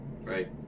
Right